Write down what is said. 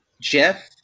Jeff